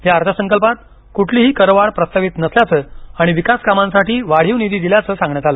या अर्थसंकल्पात कुठलीही करवाढ प्रस्तावित नसल्याचं आणि विकास कामांसाठी वाढीव निधी दिल्याचं सांगण्यात आलं